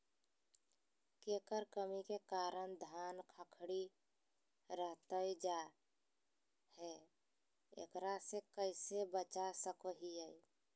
केकर कमी के कारण धान खखड़ी रहतई जा है, एकरा से कैसे बचा सको हियय?